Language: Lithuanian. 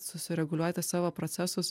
susireguliuoti savo procesus